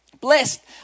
Blessed